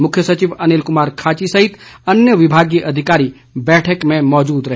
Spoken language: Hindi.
मुख्य सचिव अनिल कुमार खाची सहित अन्य विभागीय अधिकारी बैठक में मौजूद रहे